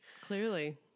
clearly